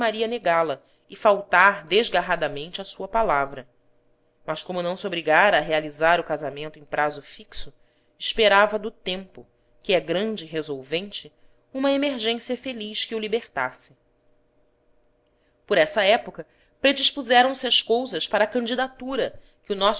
negá la e faltar desgarradamente à sua palavra mas como não se obrigara a realizar o casamento em prazo fixo esperava do tempo que é grande resolvente uma emergência feliz que o libertasse por essa época predispuseram se as cousas para a candidatura que